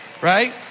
Right